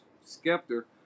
scepter